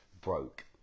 broke